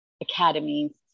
Academies